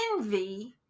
envy